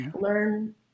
learn